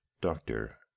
Doctor